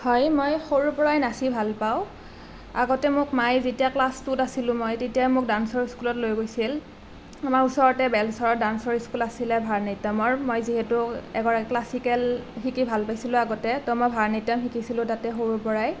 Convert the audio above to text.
হয় মই সৰুৰ পৰাই নাচি ভাল পাওঁ আগতে মোক মাই যেতিয়া ক্লাছ টুত আছিলোঁ মই তেতিয়া মোক ডান্সৰ স্কুলত লৈ গৈছিল আমাৰ ওচৰতে বেলসৰত ডান্সৰ স্কুল আছিলে ভাৰত নাত্যমৰ মই যিহেতু ক্লাছিকেল শিকি ভাল পাইছিলোঁ আগতে তো মই ভাৰত নাত্যম শিকিছিলোঁ তাতে সৰুৰ পৰাই